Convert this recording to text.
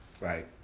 Right